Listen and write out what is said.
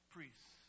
Priests